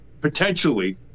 potentially